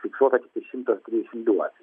fiksuota tiktai šimtas trisdešimt du atvejai